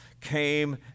came